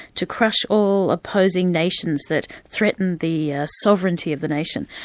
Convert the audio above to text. to crush all opposing nations that threatened the sovereignty of the nation.